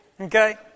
okay